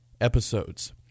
episodes